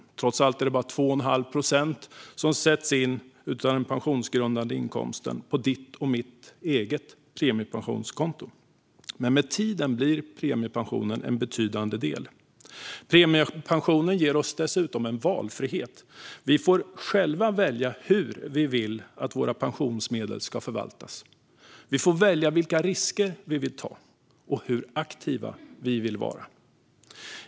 Den är ju trots allt bara 2,5 procent av den pensionsgrundande inkomsten som sätts in på våra egna premiepensionskonton. Men med tiden blir premiepensionen en betydande del. Premiepensionen ger oss dessutom en valfrihet. Vi får själva välja hur vi vill att våra pensionsmedel ska förvaltas, vilka risker vi vill ta och hur aktiva vi vill vara.